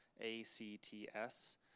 A-C-T-S